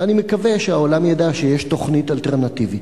ואני מקווה שהעולם ידע שיש תוכנית אלטרנטיבית.